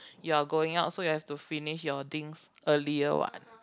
you are going out so you have to finish your things earlier what